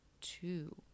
two